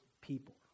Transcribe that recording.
people